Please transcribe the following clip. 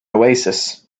oasis